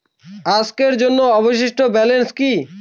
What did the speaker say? আজকের জন্য অবশিষ্ট ব্যালেন্স কি?